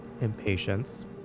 impatience